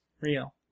real